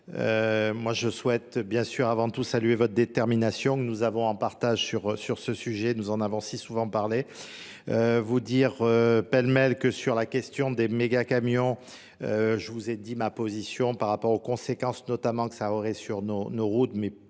que je souhaite saluer votre détermination que nous avons en partage sur ce sujet. Nous en avons si souvent parlé. Vous dire, Penmel, que sur la question des méga camions, je vous ai dit ma position par rapport aux conséquences notamment que ça aurait sur nos routes, mais surtout